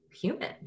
human